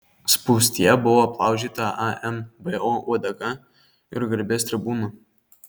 spūstyje buvo aplaužyta anbo uodega ir garbės tribūna